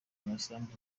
amasambu